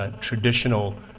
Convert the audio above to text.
Traditional